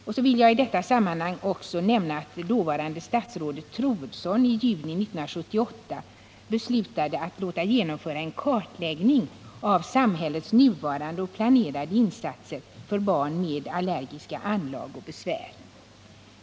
Jag vill i detta sammanhang också nämna att dåvarande statsrådet Troedsson i juni 1978 beslutade att låta genomföra en kartläggning av samhällets nuvarande och planerade insatser för barn med allergiska anlag och besvär.